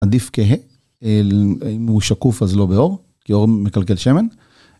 עדיף כהה אם הוא שקוף אז לא באור כי אור מקלקל שמן.